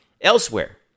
elsewhere